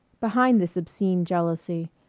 behind this obscene jealousy,